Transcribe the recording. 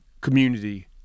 community